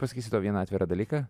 pasakysiu tau vieną atvirą dalyką